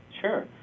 Sure